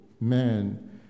man